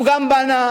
הוא גם בנה,